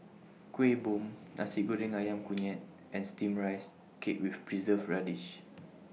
Kueh Bom Nasi Goreng Ayam Kunyit and Steamed Rice Cake with Preserved Radish